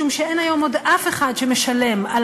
משום שאין היום עוד אף אחד שמשלם על